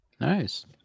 Nice